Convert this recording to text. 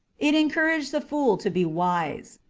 it encouraged the fool to be wise.